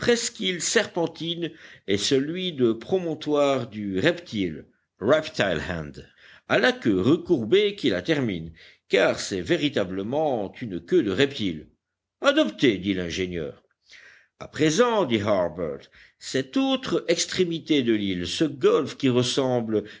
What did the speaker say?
serpentine et celui de promontoire du reptile reptile end à la queue recourbée qui la termine car c'est véritablement une queue de reptile adopté dit l'ingénieur à présent dit harbert cette autre extrémité de l'île ce golfe qui ressemble